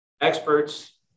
experts